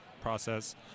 process